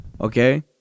okay